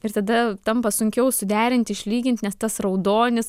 ir tada tampa sunkiau suderinti išlygint nes tas raudonis